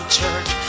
church